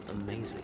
amazing